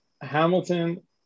Hamilton